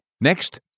Next